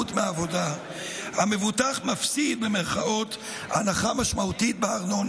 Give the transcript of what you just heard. מעבודה המבוטח "מפסיד" הנחה משמעותית בארנונה.